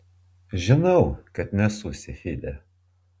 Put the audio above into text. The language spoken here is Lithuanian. žinau kad nesu silfidė